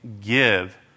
give